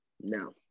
No